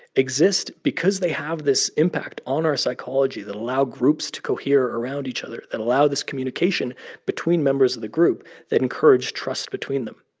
exist because they have this impact on our psychology that allow groups to cohere around each other that allow this communication between members of the group that encourage trust between them.